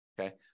Okay